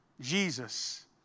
Jesus